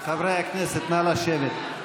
חברי הכנסת, נא לשבת.